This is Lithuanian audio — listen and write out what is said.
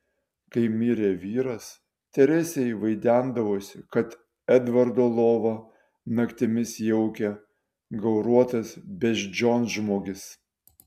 kai mirė vyras teresei vaidendavosi kad edvardo lovą naktimis jaukia gauruotas beždžionžmogis